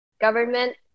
government